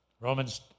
Romans